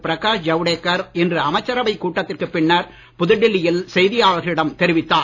பிரகாஷ் ஜவ்டேக்கர் இன்று அமைச்சரவை கூட்டத்திற்கு பின்னர் புதுடெல்லியில் செய்தியாளர்களிடம் தெரிவித்தார்